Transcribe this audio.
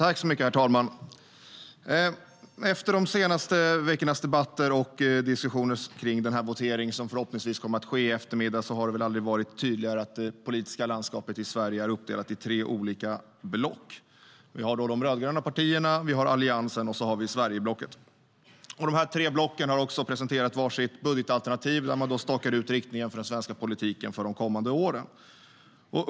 Herr talman! Efter de senaste veckornas debatter och diskussioner om den votering som förhoppningsvis kommer att ske i eftermiddag har det väl aldrig varit tydligare att det politiska landskapet i Sverige är uppdelat i tre olika block. Vi har de rödgröna partierna, vi har Alliansen och så har vi Sverigeblocket. Dessa tre block har också presenterat var sitt budgetalternativ där man har stakat ut riktningen för den svenska politiken för de kommande åren.